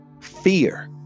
fear